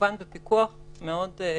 כמובן בפיקוח מאוד צמוד,